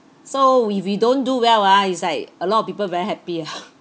so if we don't do well ah it's like a lot of people very happy ah